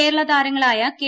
കേരള താരങ്ങളായ കെ